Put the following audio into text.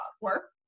Work